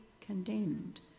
condemned